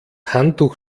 handtuch